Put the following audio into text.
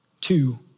Two